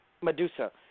Medusa